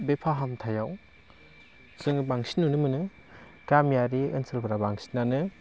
बे फाहामथाइयाव जोङो बांसिन नुनो मोनो गामिारि ओनसोलफ्रा बांसिनानो